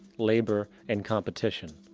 labor and competition.